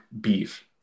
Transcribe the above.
beef